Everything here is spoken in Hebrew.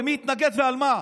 מי התנגד ועל מה.